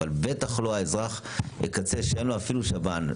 אבל בטח לא האזרח קצה שאין לו אפילו שב"ן,